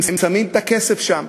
הם שמים את הכסף שם,